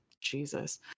Jesus